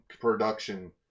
production